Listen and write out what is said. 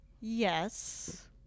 Yes